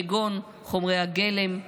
כגון חומרי הגלם,